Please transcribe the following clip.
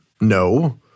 No